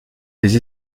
des